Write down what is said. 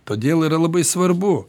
todėl yra labai svarbu